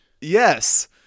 Yes